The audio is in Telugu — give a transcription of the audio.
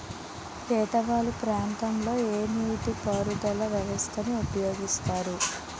ఏట వాలు ప్రాంతం లొ ఏ నీటిపారుదల వ్యవస్థ ని ఉపయోగిస్తారు?